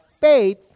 faith